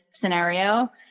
scenario